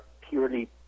purely